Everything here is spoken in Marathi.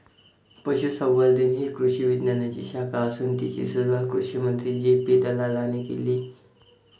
पशुसंवर्धन ही कृषी विज्ञानाची शाखा असून तिची सुरुवात कृषिमंत्री जे.पी दलालाने केले